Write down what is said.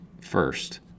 first